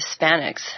Hispanics